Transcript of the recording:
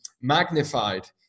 magnified